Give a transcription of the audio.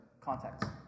context